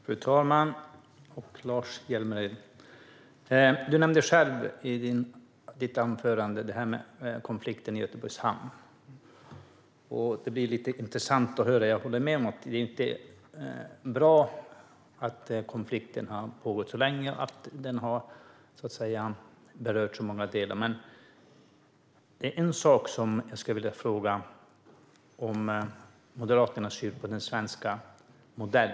Fru talman! Lars Hjälmered nämner i sitt anförande konflikten i Göteborgs hamn. Jag håller med om att det inte är bra att den har pågått så länge och berört så många delar. Men det är en sak jag skulle vilja fråga när det gäller Moderaternas syn på den svenska modellen.